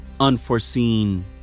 unforeseen